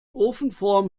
ofenform